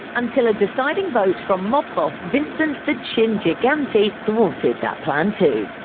until a deciding vote from mob boss vincent the chin gigante thwarted that plan too.